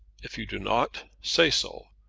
if you do not, say so,